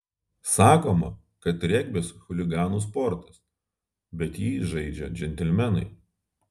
sakoma kad regbis chuliganų sportas bet jį žaidžia džentelmenai